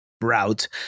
route